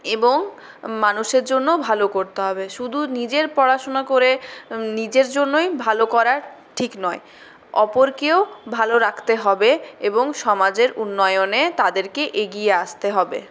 এবং মানুষের জন্যও ভালো করতে হবে শুধু নিজের পড়াশোনা করে নিজের জন্যই ভালো করা ঠিক নয় অপরকেও ভালো রাখতে হবে এবং সমাজের উন্নয়নে তাদেরকে এগিয়ে আসতে হবে